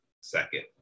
second